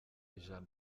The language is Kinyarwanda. ijana